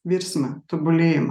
virsmą tobulėjimą